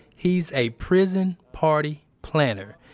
he's a prison party planner.